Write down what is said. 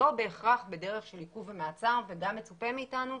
לא בהכרח בדרך של עיכוב או מעצר וגם מצופה מאתנו,